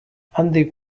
handik